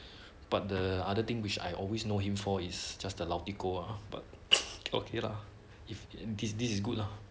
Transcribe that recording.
but the other thing which I always know him for it's just the 老 tiko ah but okay lah this this is good lah